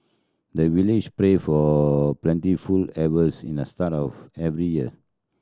the village pray for plentiful harvest in the start of every year